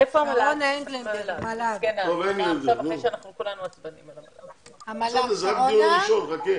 חכו, זה רק דיון ראשון.